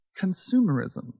consumerism